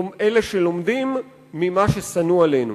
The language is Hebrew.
אלה שלומדים ממה ששנוא עלינו,